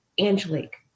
Angelique